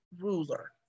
ruler